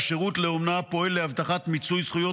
השירות לאומנה פועל להבטחת מיצוי זכויות